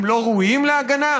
הם לא ראויים להגנה?